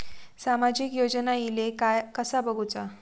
सामाजिक योजना इले काय कसा बघुचा?